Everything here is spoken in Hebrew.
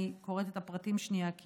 אני קוראת הפרטים, כי